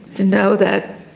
to know that,